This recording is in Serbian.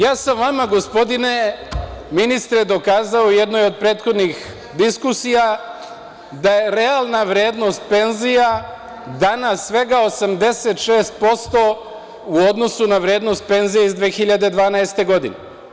Ja sam vama, gospodine ministre, dokazao u jednoj od prethodnih diskusija da je realna vrednost penzija danas svega 86% u odnosu na vrednost penzija iz 2012. godine.